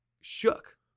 shook